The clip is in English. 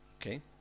Okay